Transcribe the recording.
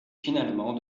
finalement